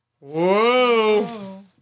whoa